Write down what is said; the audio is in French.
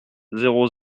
zéro